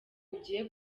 ugiye